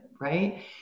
right